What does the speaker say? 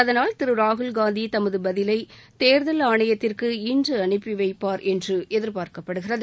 அதனால் திரு ராகுல்காந்தி தனது பதிலை தேர்தல் ஆணையத்திற்கு இன்று அனுப்பி வைப்பார் என்று எதிர்பார்க்கப்படுகிறது